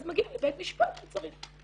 אז מגיעים לבית משפט אם צריך.